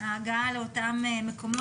ההגעה לאותם מקומות.